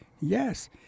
yes